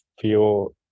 feel